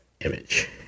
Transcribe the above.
Image